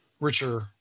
richer